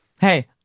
hey